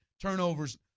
turnovers